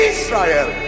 Israel